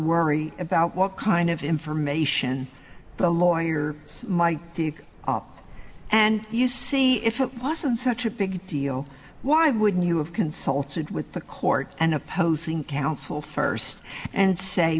worry about what kind of information the lawyer is my dick up and you see if it wasn't such a big deal why would you have consulted with the court and opposing counsel first and say